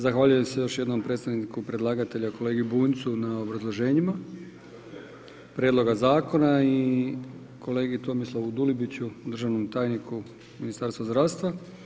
Zahvaljujem se još jednom predstavniku predlagatelja kolegi Bunjcu na obrazloženjima prijedloga zakona i kolegi Tomislavu Dulibiću, državnom tajniku u Ministarstvu zdravstva.